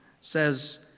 says